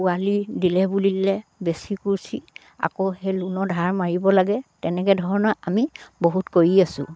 পোৱালি দিলে বুলিলে বেছি কোচি আকৌ সেই লোনৰ ধাৰ মাৰিব লাগে তেনেকে ধৰণৰ আমি বহুত কৰি আছোঁ